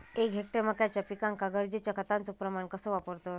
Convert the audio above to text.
एक हेक्टर मक्याच्या पिकांका गरजेच्या खतांचो प्रमाण कसो वापरतत?